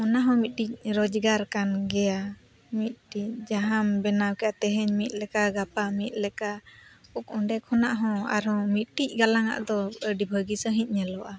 ᱚᱱᱟᱦᱚᱸ ᱢᱤᱫᱴᱤᱡ ᱨᱚᱡᱜᱟᱨ ᱠᱟᱱᱜᱮᱭᱟ ᱢᱤᱫᱴᱤᱡ ᱡᱟᱦᱟᱸᱢ ᱵᱮᱱᱟᱣ ᱠᱮᱫᱟ ᱛᱮᱦᱮᱧ ᱢᱤᱫ ᱞᱮᱠᱟ ᱜᱟᱯᱟ ᱢᱤᱫ ᱞᱮᱠᱟ ᱚᱸᱰᱮ ᱠᱷᱚᱱᱟᱜ ᱦᱚᱸ ᱟᱨᱦᱚᱸ ᱢᱤᱫᱴᱤᱡ ᱜᱟᱞᱟᱝᱼᱟᱜ ᱫᱚ ᱟᱹᱰᱤ ᱵᱷᱟᱹᱜᱤ ᱥᱟᱺᱦᱤᱡ ᱧᱮᱞᱚᱜᱼᱟ